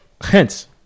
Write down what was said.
hence